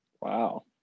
Wow